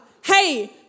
hey